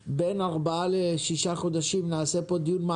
בעוד 4-6 חודשים.